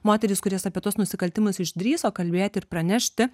moterys kurios apie tuos nusikaltimus išdrįso kalbėti ir pranešti